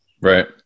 Right